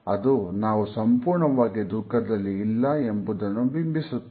ಅದು ನಾವು ಸಂಪೂರ್ಣವಾಗಿ ದುಃಖದಲ್ಲಿ ಇಲ್ಲ ಎಂಬುದನ್ನು ಬಿಂಬಿಸುತ್ತದೆ